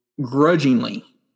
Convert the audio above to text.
grudgingly